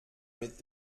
mit